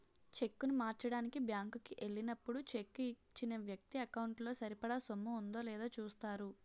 చెక్కును మార్చడానికి బ్యాంకు కి ఎల్లినప్పుడు చెక్కు ఇచ్చిన వ్యక్తి ఎకౌంటు లో సరిపడా సొమ్ము ఉందో లేదో చూస్తారు